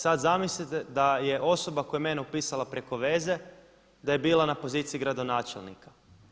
Sad zamislite da je osoba koja je mene upisala preko veze da je bila na poziciji gradonačelnika.